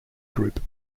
group